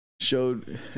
showed